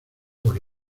por